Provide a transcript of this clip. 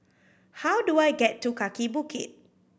how do I get to Kaki Bukit